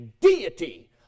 deity